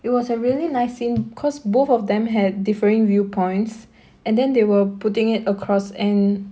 it was a really nice scene because both of them had differing view points and then they were putting it across and